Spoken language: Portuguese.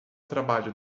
trabalho